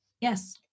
Yes